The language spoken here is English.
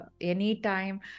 Anytime